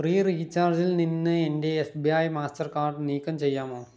free റീചാർജ്ജിൽ നിന്ന് എൻ്റെ S B I Mastercard നീക്കം ചെയ്യാമോ